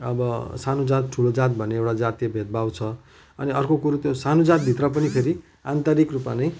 अब सानो जात ठुलो जात भन्ने एउटा जातीय भेदभाव छ अनि अर्को कुरो त्यो सानो जात भित्र पनि फेरि आन्तरिक रूपमा नै